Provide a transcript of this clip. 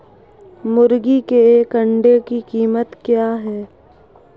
मुर्गी के एक अंडे की कीमत क्या है?